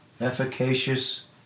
efficacious